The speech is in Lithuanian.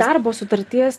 darbo sutarties